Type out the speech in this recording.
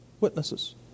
witnesses